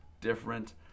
different